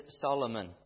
Solomon